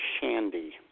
Shandy